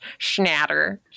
Schnatter